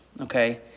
Okay